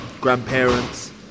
grandparents